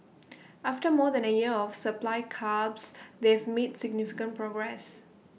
after more than A year of supply curbs they've made significant progress